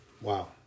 Wow